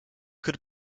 could